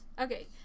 Okay